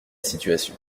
situation